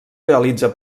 realitza